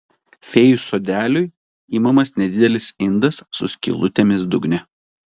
fėjų sodeliui imamas nedidelis indas su skylutėmis dugne